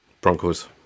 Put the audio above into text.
Broncos